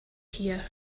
here